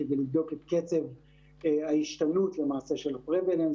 כדי לבדוק את קצב ההשתנות למעשה של ה-prevalence,